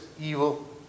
evil